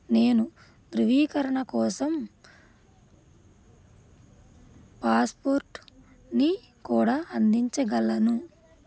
నేను ధృవీకరణ కోసం పాస్పోర్ట్ని కూడా అందించగలను